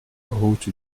route